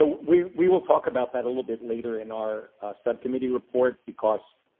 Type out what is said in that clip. we we will talk about that a little bit later in our subcommittee report because